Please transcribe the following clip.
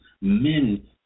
men